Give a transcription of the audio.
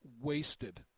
wasted